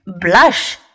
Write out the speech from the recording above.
Blush